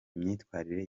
imyitwarire